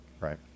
Right